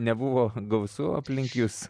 nebuvo gausu aplink jus